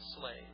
slave